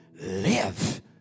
Live